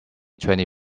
twenty